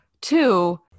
Two